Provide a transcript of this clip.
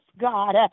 God